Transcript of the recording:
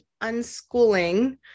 unschooling